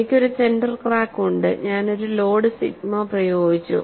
എനിക്ക് ഒരു centre crack ഉണ്ട് ഞാൻ ഒരു ലോഡ് സിഗ്മ പ്രയോഗിച്ചു